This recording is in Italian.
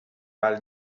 val